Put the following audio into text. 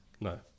No